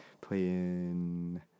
Playing